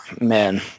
Man